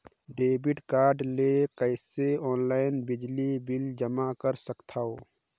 Debit card ले कइसे online बिजली बिल जमा कर सकथव?